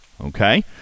Okay